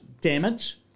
damage